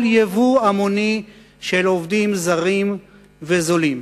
ייבוא המוני של עובדים זרים וזולים,